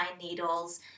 needles